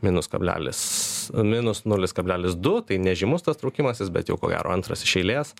minus kablelis minus nulis kablelis du tai nežymus tas traukimasis bet jau ko gero antras iš eilės